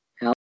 help